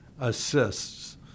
assists